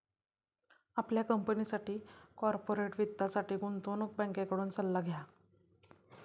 आपल्या कंपनीसाठी कॉर्पोरेट वित्तासाठी गुंतवणूक बँकेकडून सल्ला घ्या